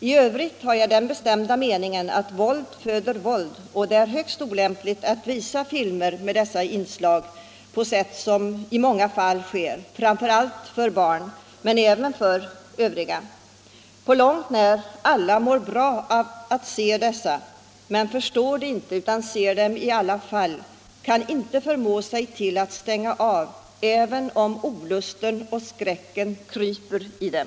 I övrigt har jag den bestämda meningen att våld föder våld och att det är högst olämpligt att på sätt som i många fall sker visa filmer med sådana inslag, framför allt för barn men även för övriga. Inte på långt när alla mår bra av att se dessa filmer, men de förstår det inte utan ser filmerna i alla fall. De kan inte förmå sig till att stänga av TV-apparaten även om olusten och skräcken kryper i dem.